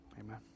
Amen